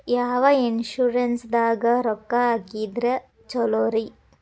ಯಾವ ಇನ್ಶೂರೆನ್ಸ್ ದಾಗ ರೊಕ್ಕ ಹಾಕಿದ್ರ ಛಲೋರಿ?